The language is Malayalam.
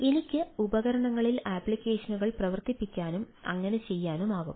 എനിക്ക് ഉപകരണങ്ങളിൽ ആപ്ലിക്കേഷനുകൾ പ്രവർത്തിപ്പിക്കാനും അങ്ങനെ ചെയ്യാനുമാകും